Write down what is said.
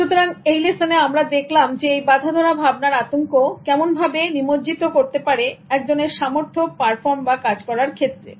সুতরাং এই লেসনে আমরা দেখলাম এই বাঁধাধরা ভাবনার আতঙ্ক কেমন ভাবে নিমজ্জিত করতে পারে একজনের সামর্থ্য পারফর্ম বা কাজ করার ক্ষেত্রে